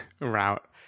route